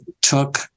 took